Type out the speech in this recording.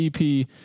ep